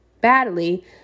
badly